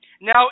now